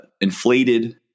inflated